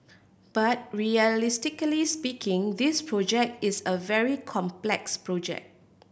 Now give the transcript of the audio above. but realistically speaking this project is a very complex project